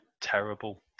Terrible